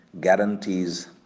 guarantees